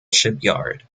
shipyard